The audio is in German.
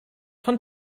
von